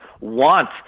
want –